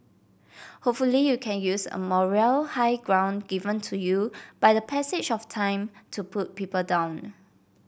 hopefully you can use a moral high ground given to you by the passage of time to put people down